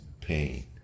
pain